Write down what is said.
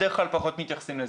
בדרך כלל פחות מתייחסים לזה.